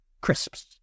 crisps